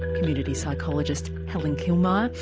community psychologist helen killmier,